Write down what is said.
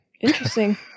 Interesting